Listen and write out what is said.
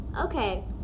okay